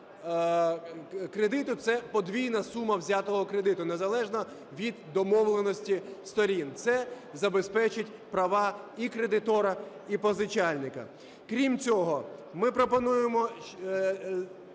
кредиту – це подвійна сума взятого кредиту незалежно від домовленості сторін. Це забезпечить права і кредитора, і позичальника. Крім цього, ми пропонуємо